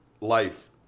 life